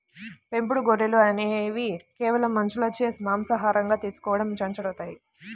పెంపుడు గొర్రెలు అనేవి కేవలం మనుషులచే మాంసాహారంగా తీసుకోవడం పెంచబడతాయి